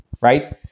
right